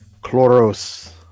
Chloros